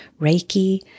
Reiki